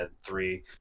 Three